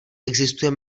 existuje